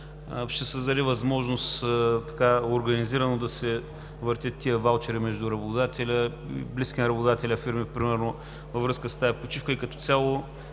Ще създаде възможност организирано да се въртят тези ваучери между работодателя и близки на работодателя фирми примерно във връзка с тази почивка. Като цяло